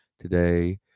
today